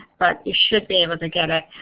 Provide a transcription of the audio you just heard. but you should be able to get it.